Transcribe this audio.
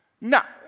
Now